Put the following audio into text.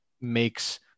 makes